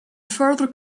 further